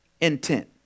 Intent